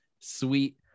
sweet